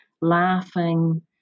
laughing